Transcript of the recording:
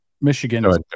Michigan